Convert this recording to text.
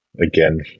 again